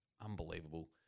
Unbelievable